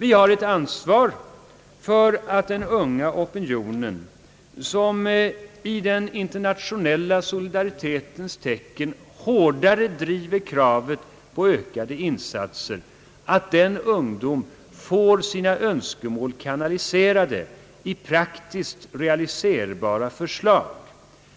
Vi har ett ansvar för att den unga opinion, som i den internationella solidaritetens tecken hårdare driver kravet på ökade insatser, får sina önskemål kanaliserade i praktiskt realiserbara förslag.